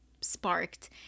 sparked